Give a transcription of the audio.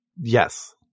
Yes